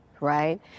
right